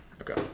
Okay